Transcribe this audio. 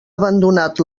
abandonat